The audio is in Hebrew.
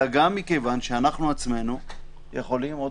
אלא גם מכיוון שאנחנו עצמנו יכולים עוד